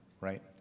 right